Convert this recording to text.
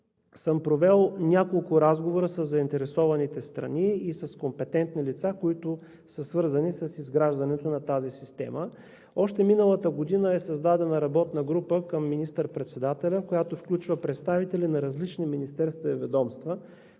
съм провел няколко разговора със заинтересованите страни и с компетентни лица, свързани с изграждането на тази система. Още миналата година е създадена работна група към министър-председателя, която включва представители на различни министерства и ведомства,